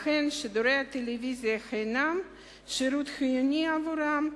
לכן, שידורי הטלוויזיה הם שירות חיוני עבורם,